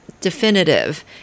definitive